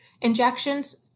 Injections